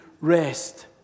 rest